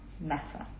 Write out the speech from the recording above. matter